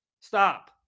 Stop